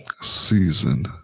season